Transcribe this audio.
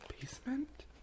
basement